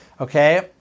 Okay